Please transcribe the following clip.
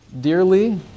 Dearly